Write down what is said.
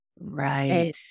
right